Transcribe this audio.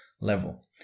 level